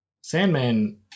Sandman